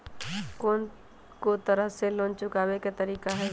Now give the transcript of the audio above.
कोन को तरह से लोन चुकावे के तरीका हई?